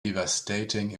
devastating